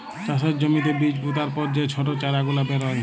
চাষের জ্যমিতে বীজ পুতার পর যে ছট চারা গুলা বেরয়